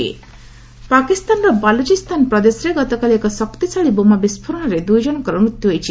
Pakistan blast ପାକିସ୍ତାନର ବାଳୁଚିସ୍ତାନ ପ୍ରଦେଶରେ ଗତକାଲି ଏକ ଶକ୍ତିଶାଳୀ ବୋମା ବିସ୍ଫୋରଣରେ ଦୁଇଜଣଙ୍କର ମୃତ୍ୟୁ ହୋଇଛି